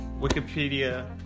Wikipedia